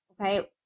okay